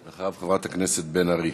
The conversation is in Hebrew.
אחריו, חברת הכנסת בן ארי.